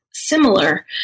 Similar